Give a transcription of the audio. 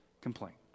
complaint